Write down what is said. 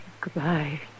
Goodbye